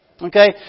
Okay